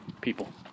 People